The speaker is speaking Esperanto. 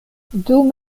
dum